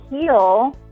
heal